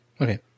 Okay